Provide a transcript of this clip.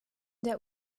der